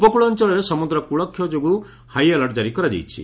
ଉପକୂଳ ଅଞ୍ଚଳରେ ସମୁଦ୍ର କୂଳକ୍ଷୟ ଯୋଗୁଁ ହାଇ ଆଲର୍ଟ ଜାରି କରାଯାଇଛି